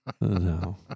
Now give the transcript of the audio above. No